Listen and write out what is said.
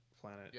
planet